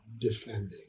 defending